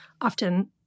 often